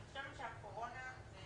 אני חושבת שהקורונה זה